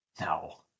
No